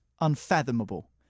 unfathomable